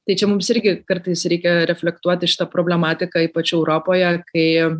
tai čia mums irgi kartais reikia reflektuoti šitą problematiką ypač europoje kai